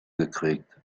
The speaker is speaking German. gekriegt